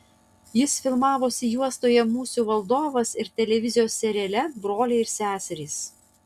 jis filmavosi juostoje musių valdovas ir televizijos seriale broliai ir seserys